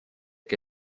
que